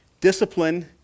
discipline